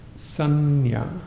Sanya